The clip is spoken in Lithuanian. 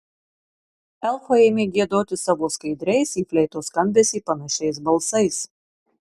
elfai ėmė giedoti savo skaidriais į fleitos skambesį panašiais balsais